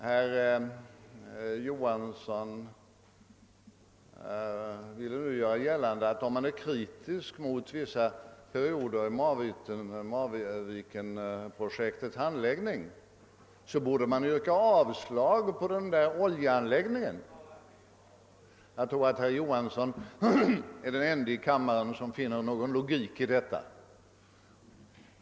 Herr Johansson i Norrköping ville nyss göra gällande att man, om man är kritiskt inställd mot vissa perioder av Marvikenprojektets handläggning, borde yrka avslag på förslaget om denna ombyggnad av Marvikenanläggningen. Jag tror att herr Johansson är den enda i denna kammare som finner någon logik i detta.